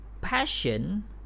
passion